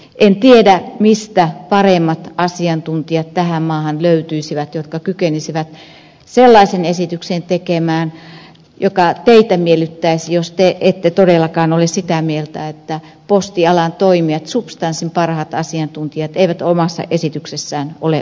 en tiedä mistä paremmat asiantuntijat tähän maahan löytyisivät jotka kykenisivät sellaisen esityksen tekemään joka teitä miellyttäisi jos te ette todellakaan ole sitä mieltä että postialan toimijat substanssin parhaat asiantuntijat eivät omassa esityksessään ole onnistuneet